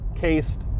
cased